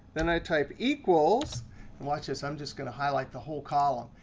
then i type equals. and watch this. i'm just going to highlight the whole column.